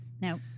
Now